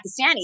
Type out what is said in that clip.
Pakistani